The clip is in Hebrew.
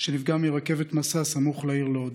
שנפגע מרכבת משא סמוך לעיר לוד.